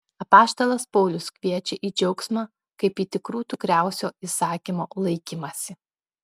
apaštalas paulius kviečia į džiaugsmą kaip į tikrų tikriausio įsakymo laikymąsi